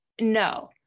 No